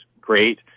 great